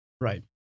Right